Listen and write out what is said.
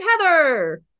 Heather